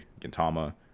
Gintama